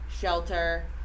shelter